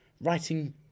writing